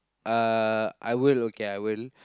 uh I will okay I will